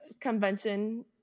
convention